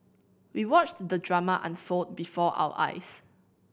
we watched the drama unfold before our eyes